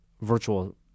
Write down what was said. virtual